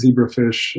zebrafish